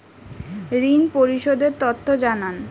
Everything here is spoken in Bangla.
ঋন পরিশোধ এর তথ্য জানান